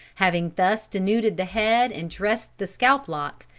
having thus denuded the head and dressed the scalp-lock,